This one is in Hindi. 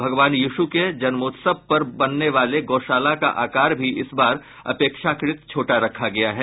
भगवान यीशु के जन्मोत्सव पर बनने वाले गौशाला का आकार भी इस बार अपेक्षाकृत छोटा रखा गया है